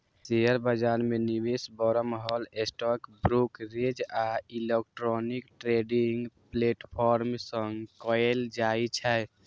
share बाजार मे निवेश बरमहल स्टॉक ब्रोकरेज आ इलेक्ट्रॉनिक ट्रेडिंग प्लेटफॉर्म सं कैल जाइ छै